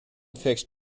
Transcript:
fixed